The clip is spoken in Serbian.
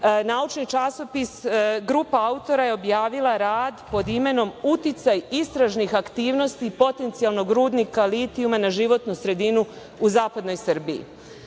naučni časopis. Grupa autora je objavila rad pod imenom „Uticaj istražnih aktivnosti potencijalnog rudnika litijuma na životnu sredinu u zapadnoj Srbiji“.Osim